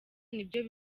nibyo